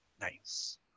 Nice